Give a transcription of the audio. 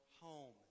home